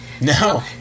No